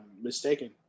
mistaken